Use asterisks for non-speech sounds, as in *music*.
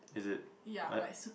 is it *noise*